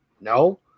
no